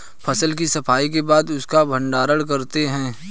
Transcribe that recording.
फसल की सफाई के बाद उसका भण्डारण करते हैं